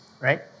right